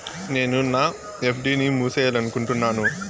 నేను నా ఎఫ్.డి ని మూసేయాలనుకుంటున్నాను